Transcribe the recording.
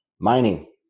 Mining